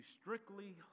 strictly